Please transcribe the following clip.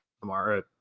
tomorrow